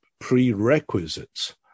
prerequisites